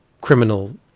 criminal